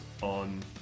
on